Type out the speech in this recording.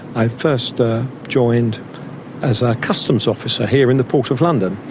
i first joined as a customs officer, here in the port of london,